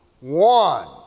one